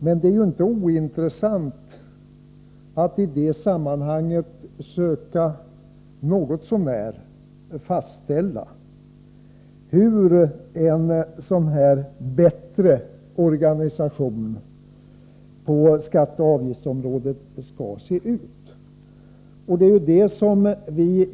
Men det är inte ointressant att i detta sammanhang något så när söka fastställa hur en förbättrad organisation på skatteoch avgiftsområdet skall vara utformad.